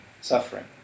suffering